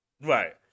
Right